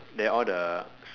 then all the